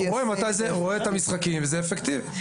הוא רואה את המשחקים, וזה אפקטיבי.